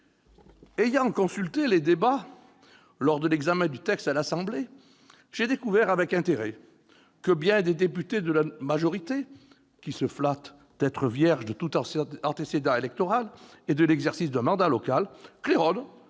se sont tenus lors de l'examen du texte à l'Assemblée nationale, j'ai découvert avec intérêt que bien des députés de la majorité, qui se flattent d'être vierges de tout antécédent électoral et de l'exercice d'un mandat local, claironnent